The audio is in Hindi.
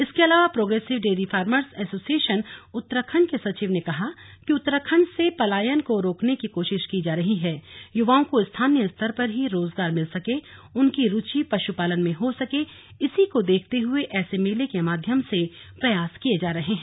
इसके अलावा progressive dairy farmers association Uttarakhand के सचिव ने कहा कि उत्तराखंड से पलायन को रोकने की कोशिश की जा रही है युवाओं को स्थानीय स्तर पर ही रोजगार मिल सके उनकी रुचि पशुपालन में हो सके इसी को देखते हुए ऐसे मेले के माध्यम से प्रयास किये जा रहे है